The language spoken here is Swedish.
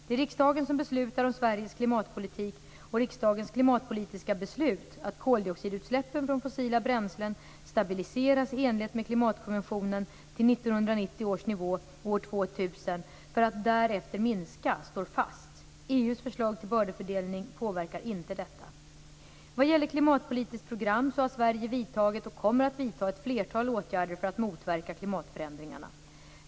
Det är riksdagen som beslutar om Sveriges klimatpolitik, och riksdagens klimatpolitiska beslut att koldioxidutsläppen från fossila bränslen stabiliseras i enlighet med klimatkonventionen till 1990 års nivå år 2000 för att därefter minska står fast. EU:s förslag till bördefördelning påverkar inte detta. Vad gäller klimatpolitiskt program har Sverige vidtagit och kommer att vidta ett flertal åtgärder för att motverka klimatförändringarna.